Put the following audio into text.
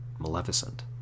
Maleficent